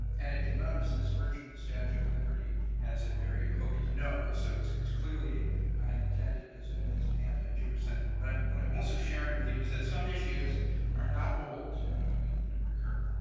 and if you'll notice, this version of the statue of liberty has a very hooked nose. so it's it's clearly intended as an as an anti-jewish sentiment. but what i'm also sharing with you is that some issues are not old and and recur.